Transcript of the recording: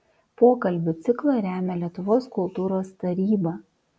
pokalbių ciklą remia lietuvos kultūros taryba